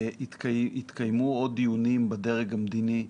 התקיימו עוד דיונים בדרג הביטחון,